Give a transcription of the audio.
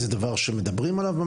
זה דבר שמדברים עליו?